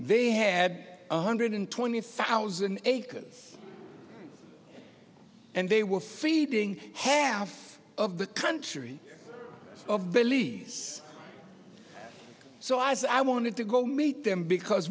they had a hundred and twenty thousand acres and they were feeding half of the country of believe this so i said i wanted to go meet them because